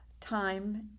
time